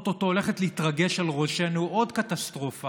או-טו-טו הולכת להתרגש על ראשנו עוד קטסטרופה,